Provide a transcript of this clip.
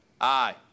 Aye